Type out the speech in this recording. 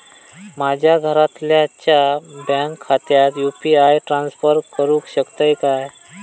माझ्या घरातल्याच्या बँक खात्यात यू.पी.आय ट्रान्स्फर करुक शकतय काय?